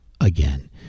again